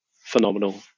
phenomenal